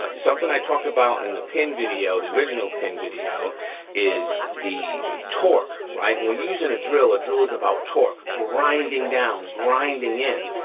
something i talked about in the pin video, the original pin video is the torque, right. we're using a drill, a drill is about torque, grinding down, grinding in,